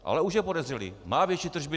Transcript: Ale už je podezřelý má větší tržby.